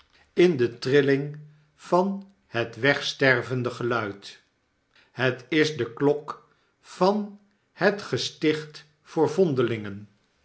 in de de gesluierde dame trilling van het wegstervende geluid het is de klok van het gesticht voor vondelingen